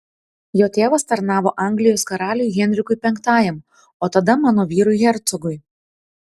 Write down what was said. jo tėvas tarnavo anglijos karaliui henrikui v o tada mano vyrui hercogui